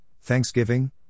thanksgiving